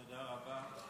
תודה רבה.